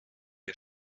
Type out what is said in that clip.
der